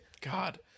God